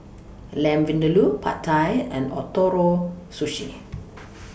Lamb Vindaloo Pad Thai and Ootoro Sushi